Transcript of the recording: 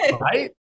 right